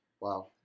Wow